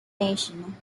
nation